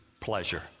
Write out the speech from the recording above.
pleasure